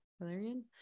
valerian